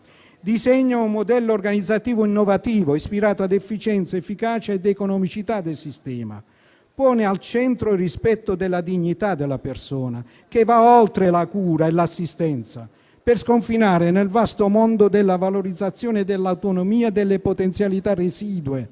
disegna un modello organizzativo innovativo, ispirato ad efficienza, efficacia ed economicità del sistema. Pone al centro il rispetto della dignità della persona, che va oltre la cura e l'assistenza, per sconfinare nel vasto mondo della valorizzazione dell'autonomia delle potenzialità residue,